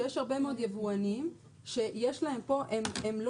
יש הרבה מאוד יבואנים שיש להם פה הם לא